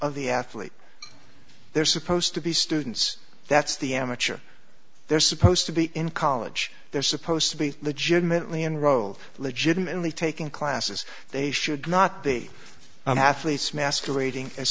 of the athlete they're supposed to be students that's the amateur they're supposed to be in college they're supposed to be legitimately enrolled legitimately taking classes they should not be an athlete's masquerading as